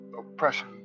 oppression